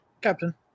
Captain